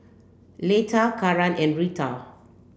Leta Karan and Rita